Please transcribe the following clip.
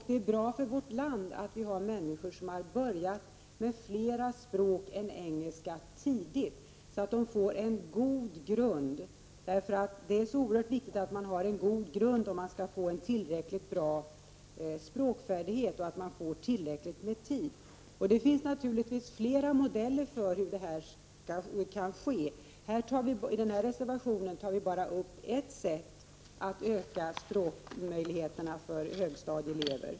Det är bra för vårt land att det finns människor som tidigt har börjat med flera språk än engelska, så att de får en god grund. Det är nämligen oerhört viktigt att man har en god grund om man skall få en tillräckligt bra språkfärdighet. Man behöver också tillräckligt med tid. Det finns naturligtvis flera modeller för hur det kan ske, men i denna reservation tar vi bara upp ett sätt att öka språkmöjligheterna för högstadieelever.